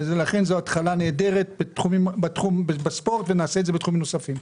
לכן זו התחלה נהדרת בספורט ונעשה זאת בתחומים נוספים.